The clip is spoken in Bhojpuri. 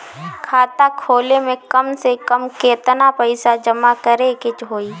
खाता खोले में कम से कम केतना पइसा जमा करे के होई?